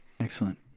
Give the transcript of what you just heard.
Excellent